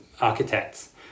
architects